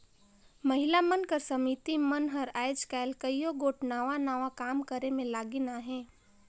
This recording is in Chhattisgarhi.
महिला मन कर समिति मन हर आएज काएल कइयो गोट नावा नावा काम करे में लगिन अहें